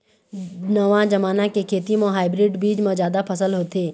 नवा जमाना के खेती म हाइब्रिड बीज म जादा फसल होथे